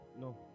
No